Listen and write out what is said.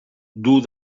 dur